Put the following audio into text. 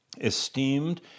esteemed